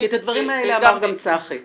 את הדברים האלה אמר גם יצחק סעד.